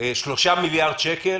3 מיליארד שקל